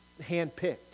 handpicked